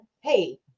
hey